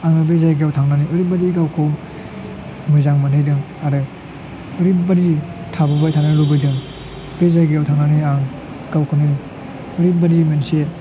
आङो बे जायगायाव थांनानै ओरैबायदि गावखौ मोजां मोनहैदों आरो ओरैबायदि थाबोबाय थानो लुबैदों बे जायगायाव थांनानै आं गावखौनो ओरैबायदि मोनसे